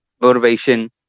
motivation